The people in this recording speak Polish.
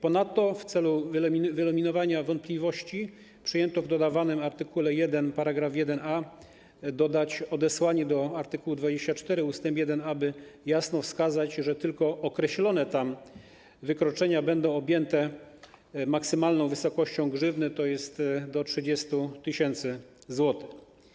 Ponadto w celu wyeliminowania wątpliwości przyjęto w dodawanym art. 1 § 1a dodać odesłanie do art. 24 ust. 1a, aby jasno wskazać, że tylko określone tam wykroczenia będą objęte maksymalną wysokością grzywny, tj. do 30 tys. zł.